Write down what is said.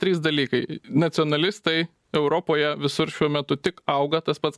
trys dalykai nacionalistai europoje visur šiuo metu tik auga tas pats